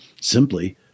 simply